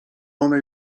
ona